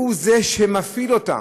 והוא שמפעיל אותם.